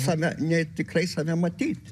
save ne tikrai save matyt